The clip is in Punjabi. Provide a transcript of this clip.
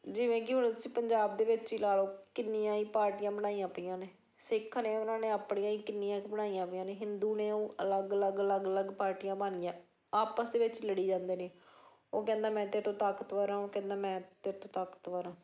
ਜਿਵੇਂ ਕਿ ਹੁਣ ਤੁਸੀਂ ਪੰਜਾਬ ਦੇ ਵਿੱਚ ਹੀ ਲਾ ਲਓ ਕਿੰਨੀਆਂ ਹੀ ਪਾਰਟੀਆਂ ਬਣਾਈਆਂ ਪਈਆਂ ਨੇ ਸਿੱਖ ਨੇ ਉਹਨਾਂ ਨੇ ਆਪਣੀਆਂ ਹੀ ਕਿੰਨੀਆਂ ਕੁ ਬਣਾਈਆਂ ਪਈਆਂ ਨੇ ਹਿੰਦੂ ਨੇ ਉਹ ਅਲੱਗ ਅਲੱਗ ਅਲੱਗ ਅਲੱਗ ਪਾਰਟੀਆਂ ਬਣਗਈਆਂ ਆਪਸ ਦੇ ਵਿੱਚ ਲੜੀ ਜਾਂਦੇ ਨੇ ਉਹ ਕਹਿੰਦਾ ਮੈਂ ਤੇਰੇ ਤੋਂ ਤਾਕਤਵਰ ਹਾਂ ਉਹ ਕਹਿੰਦਾ ਮੈਂ ਤੇਰੇ ਤੋਂ ਤਾਕਤਵਰ ਹਾਂ